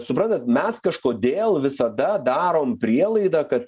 suprantat mes kažkodėl visada darom prielaidą kad